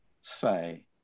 say